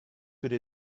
could